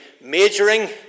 majoring